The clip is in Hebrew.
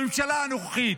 בממשלה הנוכחית,